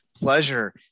pleasure